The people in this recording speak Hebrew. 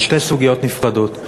אלה שתי סוגיות נפרדות.